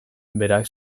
berak